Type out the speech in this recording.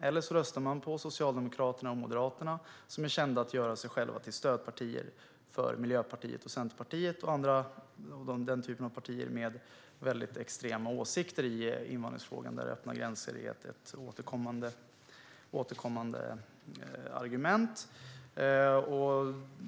Eller så röstar man på Socialdemokraterna och Moderaterna som är kända att göra sig själva till stödpartier för Miljöpartiet, Centerpartiet och sådana partier som har väldigt extrema åsikter i invandringsfrågan, där öppna gränser är ett återkommande argument.